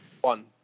One